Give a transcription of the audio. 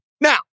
Now